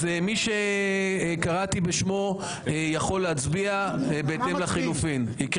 מי שקראתי בשמו יכול להצביע בהתאם לחילופין.